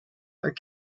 are